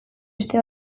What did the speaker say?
beste